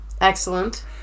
Excellent